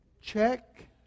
Check